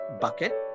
bucket